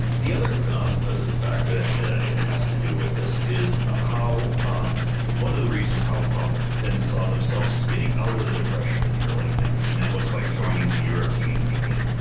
the other um ah factor that has to do with this is ah how um one of the reasons how ah so finns saw themselves as getting out of the depression in the early ninety s and that was by joining the european union.